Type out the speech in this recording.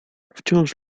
wciąż